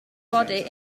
body